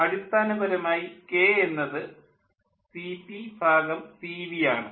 അടിസ്ഥാനപരമായി കെ എന്നത് CpCv ആണ്